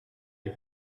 est